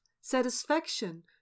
satisfaction